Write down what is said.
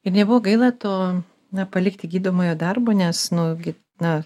ir nebuvo gaila to na palikti gydomojo darbo nes nu gi na